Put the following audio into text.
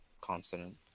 consonant